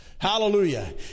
Hallelujah